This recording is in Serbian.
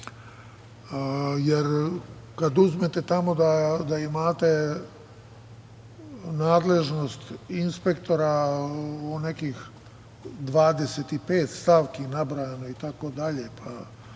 uzmete tamo da imate nadležnost inspektora u nekih 25 stavki nabrojano, pa onda njegova